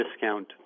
discount